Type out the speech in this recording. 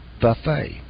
Buffet